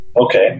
Okay